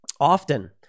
often